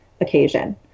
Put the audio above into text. occasion